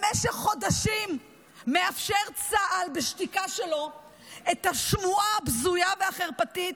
במשך חודשים מאפשר צה"ל בשתיקה שלו את השמועה הבזויה והחרפתית